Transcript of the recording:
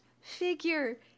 figure